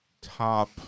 top